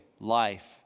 life